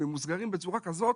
ממוסגרים בצורה כזאת,